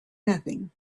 nothing